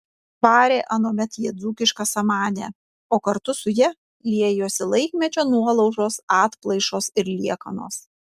varė anuomet jie dzūkišką samanę o kartu su ja liejosi laikmečio nuolaužos atplaišos ir liekanos